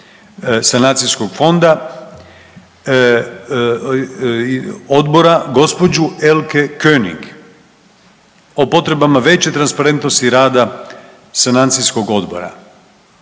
sanacijskog fonda odbora gđu. Elke Konig o potrebama veće transparentnosti rada sanacijskog odbora